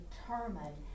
determined